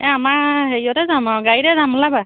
এই আমাৰ হেৰিয়তে যাম আৰু গাড়ীতে যাম ওলাবা